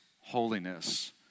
holiness